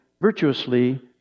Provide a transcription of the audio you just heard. ...virtuously